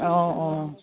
অঁ অঁ